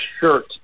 shirt